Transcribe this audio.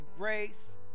grace